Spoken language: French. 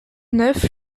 neuf